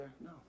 No